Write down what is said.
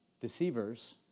deceivers